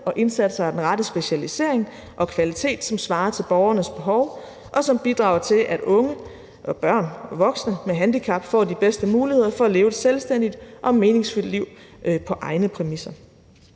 og indsatser af den rette specialisering og kvalitet, som svarer til borgernes behov, og som bidrager til, at unge og børn og voksne med handicap får de bedste muligheder for at leve et selvstændigt og meningsfyldt liv på egne præmisser.